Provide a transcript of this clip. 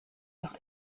doch